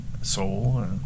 soul